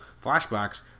flashbacks